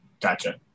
gotcha